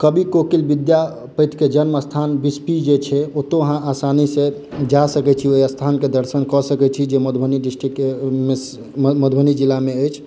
कवि कोकिल विद्यापति के जन्म स्थान बिस्फी जे छै ओतय अहाँ आसानी सॅं जा सकै छी ओहि स्थान के दर्शन कऽ सकै छी जे मधुबनी डिस्ट्रिक्ट के मधुबनी जिला मे अछि